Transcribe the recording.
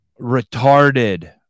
Retarded